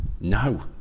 No